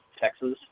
Texas